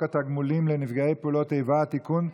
התגמולים לנפגעי פעולות איבה (תיקון,